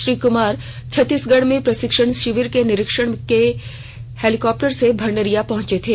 श्री कुमार छतीसगढ़ में प्रशिक्षण शिविर के निरीक्षण के हेलीकॉप्टर से भंडरिया पहुंचे थे